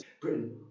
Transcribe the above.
Britain